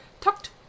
Talked